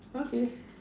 okay